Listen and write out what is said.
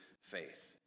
faith